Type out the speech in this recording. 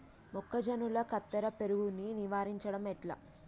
మొక్కజొన్నల కత్తెర పురుగుని నివారించడం ఎట్లా?